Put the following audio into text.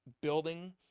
building